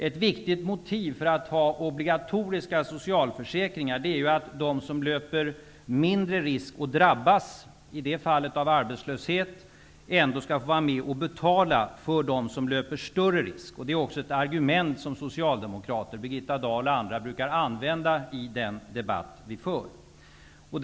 Ett viktigt motiv för att att ha obligatoriska socialförsäkringar är att de som löper mindre risk att drabbas, i detta fall av arbetslöshet, ändå skall få vara med och betala för dem som löper större risk. Det är också ett argument som olika socialdemokrater, Birgitta Dahl och andra, brukar använda i den debatt som vi för.